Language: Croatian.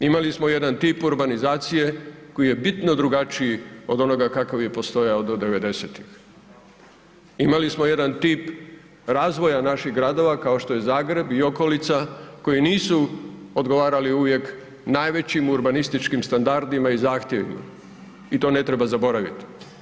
Imali smo jedan tip urbanizacije koji je bitno drugačiji od onoga kakav je postojao do 90.-tih, imali smo jedan tip razvoja naših gradova kao što je Zagreb i okolica koji nisu odgovarali uvijek najvećim urbanističkim standardima i zahtjevima i to ne treba zaboraviti.